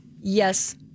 Yes